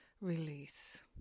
release